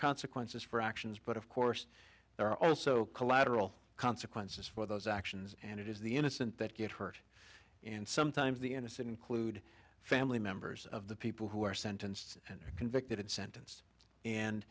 consequences for actions but of course there are also collateral consequences for those actions and it is the innocent that get hurt and sometimes the innocent include family members of the people who are sentenced and convicted and sentence